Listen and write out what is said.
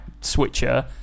switcher